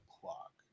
clock